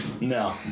No